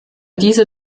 dieser